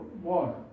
water